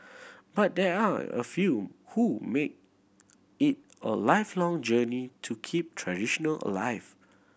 but there are a few who make it a lifelong journey to keep traditional alive